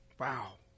Wow